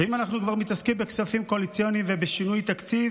ואם אנחנו כבר מתעסקים בכספים קואליציוניים ובשינוי תקציב,